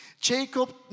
Jacob